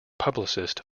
publicist